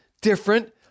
different